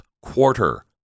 quarter